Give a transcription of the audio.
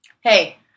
hey